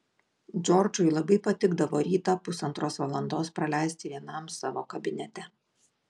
džordžui labai patikdavo rytą pusantros valandos praleisti vienam savo kabinete